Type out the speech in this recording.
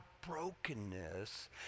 brokenness